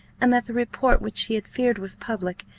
and that the report, which she had feared was public,